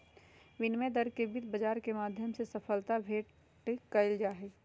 विनिमय दर के वित्त बाजार के माध्यम से सबलता भेंट कइल जाहई